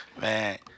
Man